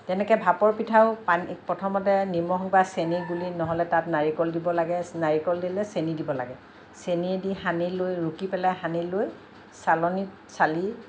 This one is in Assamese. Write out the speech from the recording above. তেনেকে ভাপৰ পিঠাও পানী প্ৰথমতে নিমখ বা চেনি গুলি নহ'লে তাত নাৰিকল দিব লাগে নাৰিকল দিলে চেনি দিব লাগে চেনি দি সানি লৈ ৰুকি পেলাই সানি লৈ চালনীত চালি